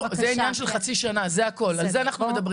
עניין של חצי שנה, זה הכל, על זה אנחנו מדברים.